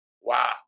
Wow